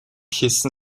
хийсэн